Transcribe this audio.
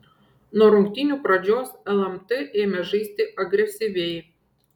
nuo rungtynių pradžios lmt ėmė žaisti agresyviai